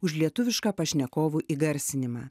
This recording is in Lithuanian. už lietuvišką pašnekovų įgarsinimą